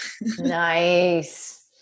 Nice